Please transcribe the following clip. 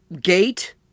gate